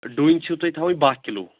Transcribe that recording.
ڈوٗنۍ چھِو تۄہہِ تھاوٕنۍ بہہ کِلوٗ